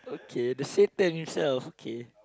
K the Satan itself okay